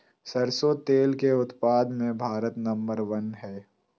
सरसों तेल के उत्पाद मे भारत नंबर वन हइ